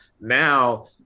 Now